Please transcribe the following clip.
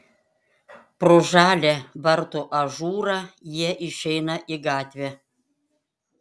pro žalią vartų ažūrą jie išeina į gatvę